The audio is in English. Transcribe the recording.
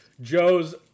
Joe's